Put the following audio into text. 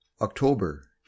October